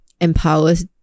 empowers